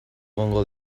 egongo